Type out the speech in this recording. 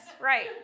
right